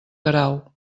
grau